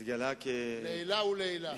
התגלה כאיש מוכשר, לעילא ולעילא.